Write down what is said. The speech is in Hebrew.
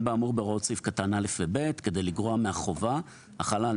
באמור בהוראות סעיף (א) ו-(ב) כדי לגרוע מהחובה החלה על